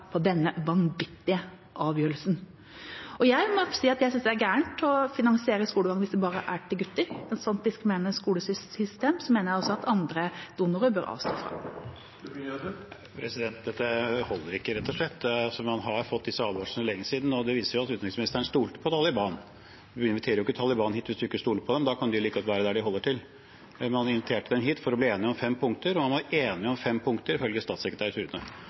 på denne vanvittige avgjørelsen. Jeg må si at jeg synes det er gærent å finansiere skolegang hvis det bare er til gutter. Et sånt diskriminerende skolesystem mener jeg at også andre donorer bør avstå fra. Dette holder rett og slett ikke. Man har fått disse advarslene for lenge siden. Det viser at utenriksministeren stolte på Taliban. Man inviterer ikke Taliban hit, hvis man ikke stoler på dem. Da kan de jo like godt være der de holder til. Man inviterte dem hit for å bli enig om fem punkter, og man var enig om fem punkter, ifølge statssekretær